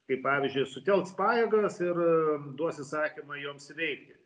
kai pavyzdžiui sutelks pajėgas ir duos įsakymą joms veikti